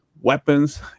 weapons